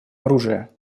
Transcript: оружия